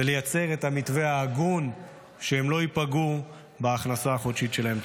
ולייצר את המתווה ההגון שהם לא ייפגעו בהכנסה החודשית שלהם.